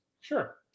Sure